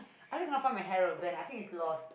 I really cannot find my hair rubber band I think it's lost